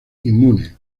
inmune